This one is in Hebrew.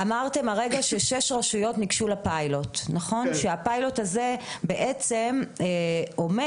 הפיילוט הזה בעצם אומר